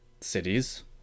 cities